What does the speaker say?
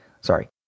sorry